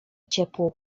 ciepłą